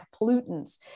pollutants